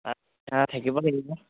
থাকিব লাগিব